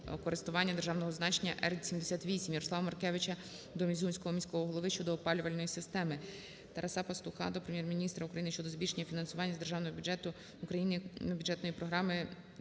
користування державного значення Р-78. Ярослава Маркевича до Ізюмського міського голови щодо опалювальної системи. Тараса Пастуха до Прем'єр-міністра України щодо збільшення фінансування з Державного бюджету України бюджетної програми